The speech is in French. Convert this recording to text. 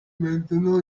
maintenant